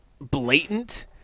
blatant